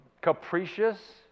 capricious